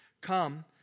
Come